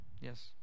Yes